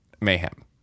mayhem